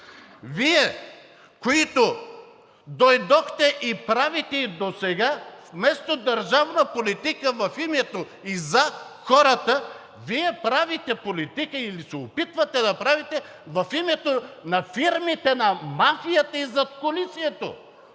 Вие, които дойдохте и правите и досега вместо държавна политика в името и за хората, Вие правите политика, или се опитвате да правите, в името на фирмите на мафията и задкулисието.